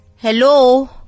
hello